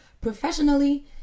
professionally